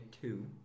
two